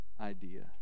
idea